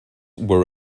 were